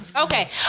Okay